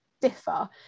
differ